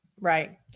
right